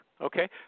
Okay